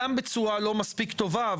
גם בצורה לא מספיק טובה,